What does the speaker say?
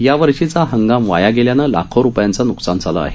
यावर्षीचा हंगाम वाया गेल्यानं लाखो रुपयांचं न्कसान झालं आहे